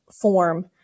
form